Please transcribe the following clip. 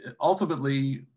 ultimately